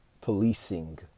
policing